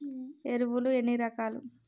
ఎరువులు ఎన్ని రకాలు?